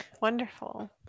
Wonderful